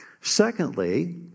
Secondly